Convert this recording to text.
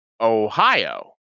Ohio